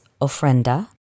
ofrenda